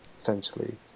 Essentially